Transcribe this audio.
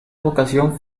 vocación